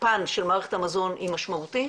פן של מערכת המזון היא משמעותית.